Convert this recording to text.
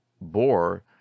bore